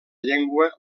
llengua